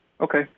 Okay